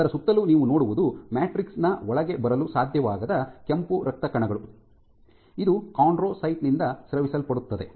ಅದರ ಸುತ್ತಲೂ ನೀವು ನೋಡುವುದು ಮ್ಯಾಟ್ರಿಕ್ಸ್ ನ ಒಳಗೆ ಬರಲು ಸಾಧ್ಯವಾಗದ ಕೆಂಪು ರಕ್ತ ಕಣಗಳು ಇದು ಕೊಂಡ್ರೊಸೈಟ್ ನಿಂದ ಸ್ರವಿಸಲ್ಪಡುತ್ತದೆ